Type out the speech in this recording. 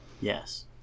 yes